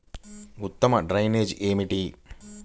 ఉత్తమ డ్రైనేజ్ ఏమిటి?